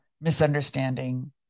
misunderstanding